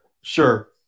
Sure